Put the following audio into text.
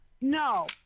No